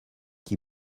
qui